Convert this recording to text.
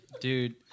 Dude